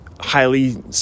highly